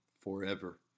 forever